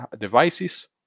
devices